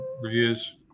reviews